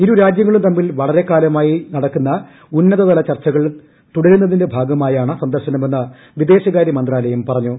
ഇരൂരാജ്യങ്ങളും തമ്മിൽ വളരെക്കാലമായി നടക്കുന്ന ഉന്നത്തല ചർച്ചകൾ തുടരുന്നതിന്റെ ഭാഗമായാണ് സന്ദർശനമെന്ന് വിദേശകാര്യ മന്ത്രാലയം പറഞ്ഞു